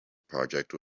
project